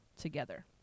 together